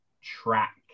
track